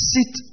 Sit